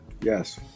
Yes